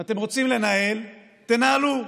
אם אתם רוצים לנהל, תנהלו,